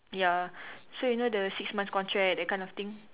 ya so you know the six month contract that kind of thing